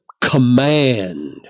command